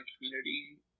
community